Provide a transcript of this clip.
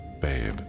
Babe